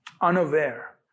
unaware